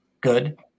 good